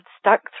stuck